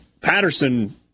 Patterson